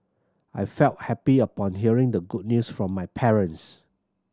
I felt happy upon hearing the good news from my parents